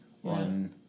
one